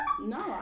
no